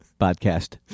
podcast